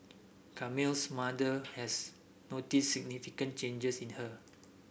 Camille's mother has noticed significant changes in her